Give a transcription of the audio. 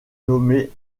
nommée